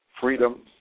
freedom